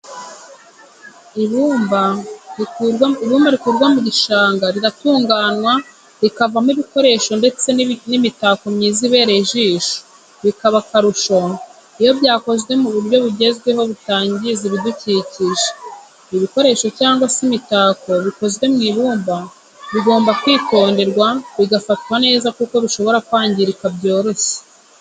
Ibumba rikurwa mu gishanga riratunganywa rikavamo ibikoresho ndetse n'imitako myiza ibereye ijisho bikaba akarusho iyo byakozwe mu buryo bugezweho butangiza ibidukikije. ibikoresho cyangwa se imitako bikozwe mu ibumba bigomba kwitonderwa bigafatwa neza kuko bishobora kwangirika byoroshye.